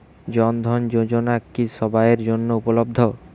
জন ধন যোজনা কি সবায়ের জন্য উপলব্ধ?